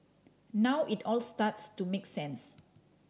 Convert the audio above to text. now it all starts to make sense